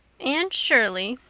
anne shirley,